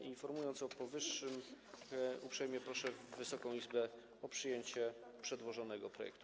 Informując o powyższym, uprzejmie proszę Wysoką Izbę o przyjęcie przedłożonego projektu.